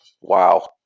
wow